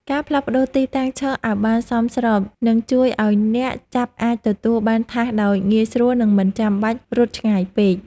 ការផ្លាស់ប្តូរទីតាំងឈរឱ្យបានសមស្របនឹងជួយឱ្យអ្នកចាប់អាចទទួលបានថាសដោយងាយស្រួល និងមិនចាំបាច់រត់ឆ្ងាយពេក។